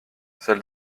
celle